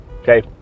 Okay